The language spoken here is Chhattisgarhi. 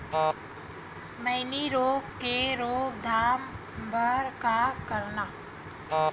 मैनी रोग के रोक थाम बर का करन?